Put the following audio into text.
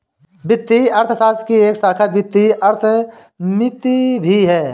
वित्तीय अर्थशास्त्र की एक शाखा वित्तीय अर्थमिति भी है